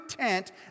tent